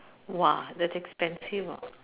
!wah! that's expensive ah